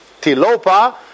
Tilopa